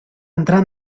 entrar